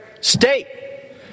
state